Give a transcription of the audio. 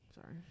Sorry